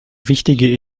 wichtige